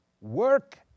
work